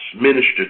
Minister